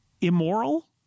immoral